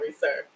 sir